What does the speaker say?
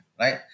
right